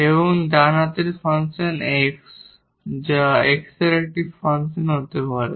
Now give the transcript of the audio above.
এবং ডান হাতের ফাংশন 𝑋 যা 𝑋 এর একটি ফাংশন হতে পারে